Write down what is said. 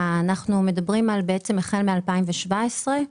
החל מ-2017.